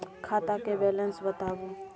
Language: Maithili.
खाता के बैलेंस बताबू?